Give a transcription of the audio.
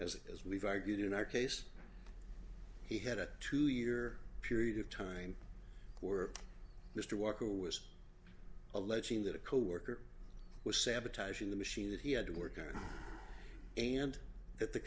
as as we've argued in our case he had a two year period of time where mr walker was alleging that a coworker was sabotaging the machine that he had to work on and at the